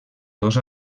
dos